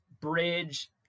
bridge